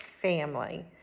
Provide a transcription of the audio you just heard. family